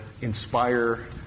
inspire